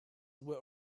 were